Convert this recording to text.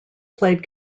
played